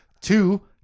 Two